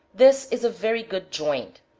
this is a very good joint,